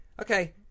Okay